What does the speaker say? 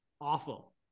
awful